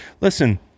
listen